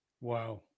Wow